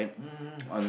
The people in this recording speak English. mmhmm